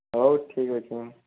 ହଉ ଠିକ୍ ଅଛି